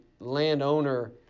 landowner